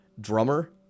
drummer